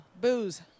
Booze